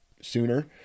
sooner